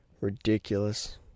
ridiculous